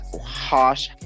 harsh